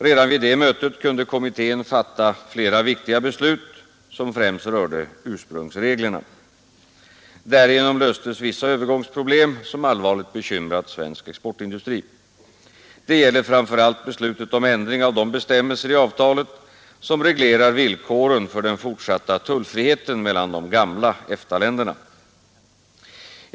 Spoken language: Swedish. Redan vid detta möte kunde kommittén fatta flera viktiga beslut, främst rörande ursprungsreglerna. Därigenom löstes vissa övergångsproblem som allvarligt bekymrat svensk exportindustri. Detta gäller framför allt beslutet om ändring av de bestämmelser i avtalet som reglerar villkoren för den fortsatta tullfriheten mellan de gamla EFTA-länderna.